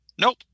Nope